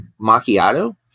macchiato